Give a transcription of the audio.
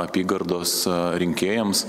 apygardos rinkėjams